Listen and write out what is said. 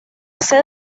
sede